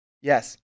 Yes